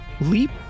leap